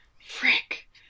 Frick